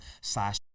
slash